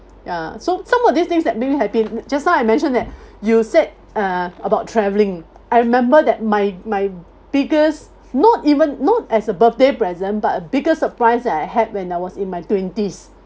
ya so some of these things that make me happy just now I mentioned that you said uh about travelling I remember that my my biggest not even not as a birthday present but a bigger surprise that I had when I was in my twenties